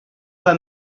pas